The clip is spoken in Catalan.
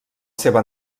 seva